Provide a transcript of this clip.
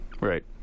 Right